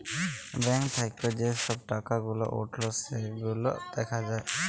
bank থাক্যে যে সব টাকা গুলা উঠল সেগুলা দ্যাখা যায়